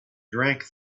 drank